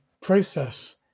process